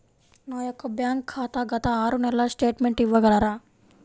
నా యొక్క బ్యాంక్ ఖాతా గత ఆరు నెలల స్టేట్మెంట్ ఇవ్వగలరా?